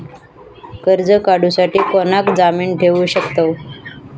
कर्ज काढूसाठी कोणाक जामीन ठेवू शकतव?